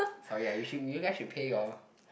sorry ah you guys should pay your